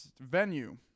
venue